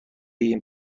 این